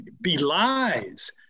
Belies